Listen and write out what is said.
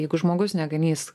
jeigu žmogus neganys